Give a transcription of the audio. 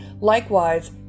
Likewise